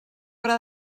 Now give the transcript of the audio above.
haurà